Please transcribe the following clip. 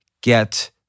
get